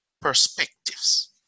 perspectives